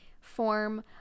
form